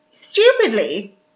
stupidly